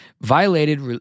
violated